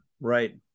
Right